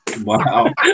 Wow